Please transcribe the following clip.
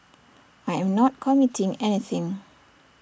I am not committing anything